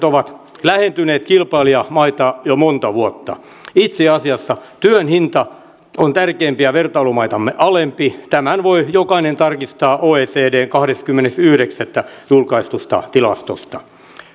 ovat lähentyneet kilpailijamaita jo monta vuotta itse asiassa työn hinta on tärkeimpiä vertailumaitamme alempi tämän voi jokainen tarkistaa oecdn kahdeskymmenes yhdeksättä julkaistusta tilastosta